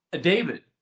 David